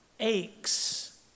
aches